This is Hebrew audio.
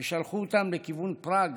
ושלחו אותם לכיוון פראג,